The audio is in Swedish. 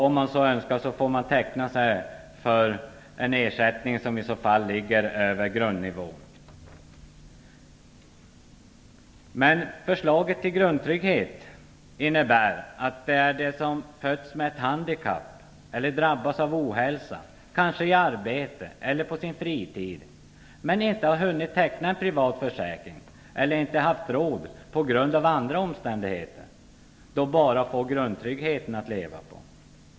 Om man så önskar får man teckna sig för en ersättning som ligger över grundnivån. Förslaget till grundtrygghet innebär att de som fötts med ett handikapp eller drabbas av ohälsa, kanske i arbete eller på sin fritid, men inte har hunnit teckna en privat försäkring, eller inte haft råd på grund av andra omständigheter, bara får grundtryggheten att leva på.